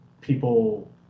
people